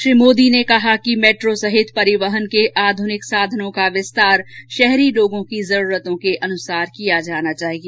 श्री मोदी ने कहा कि मेट्रो सहित परिवहन के आधुनिक साधनों का विस्तार शहरी लोगों की जरूरतों के अनुसार किया जाना चाहिए